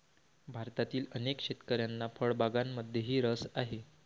भारतातील अनेक शेतकऱ्यांना फळबागांमध्येही रस आहे